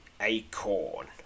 Acorn